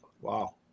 Wow